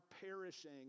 perishing